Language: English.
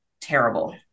terrible